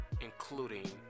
including